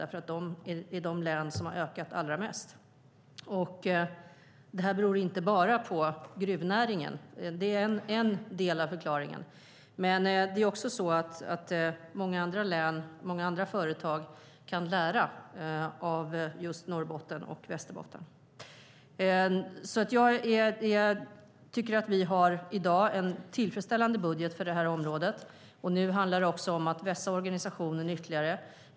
Det är de län som har ökat allra mest. Det beror inte bara på gruvnäringen - den är en del av förklaringen. Men många andra län och företag kan lära av Norrbotten och Västerbotten. Jag tycker att vi i dag har en tillfredsställande budget för området. Nu handlar det om att vässa organisationen ytterligare.